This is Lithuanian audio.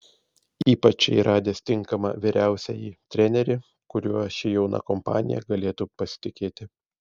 ypač jai radęs tinkamą vyriausiąjį trenerį kuriuo ši jauna kompanija galėtų pasitikėti